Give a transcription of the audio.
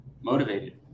motivated